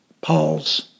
Paul's